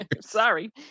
sorry